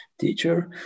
teacher